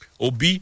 OB